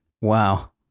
Wow